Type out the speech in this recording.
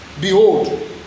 Behold